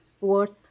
worth